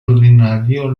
ordinario